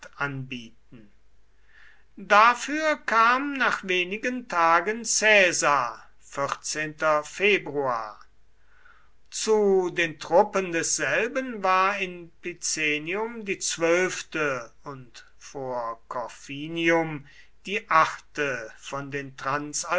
anbieten dafür kam nach wenigen tagen caesar zu den truppen desselben war in picenum die zwölfte und vor corfinium die achte von den